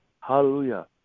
Hallelujah